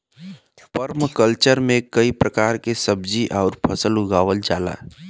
permaculture में कई प्रकार के सब्जी आउर फसल उगावल जाला